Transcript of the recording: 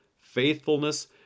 faithfulness